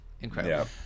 Incredible